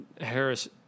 Harris